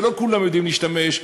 ולא כולם יודעים להשתמש.